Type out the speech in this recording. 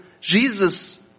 Jesus